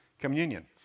communion